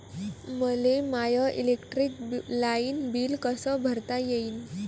मले my electric light bill कस भरता येईल?